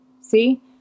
See